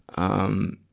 um,